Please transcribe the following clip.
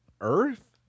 Earth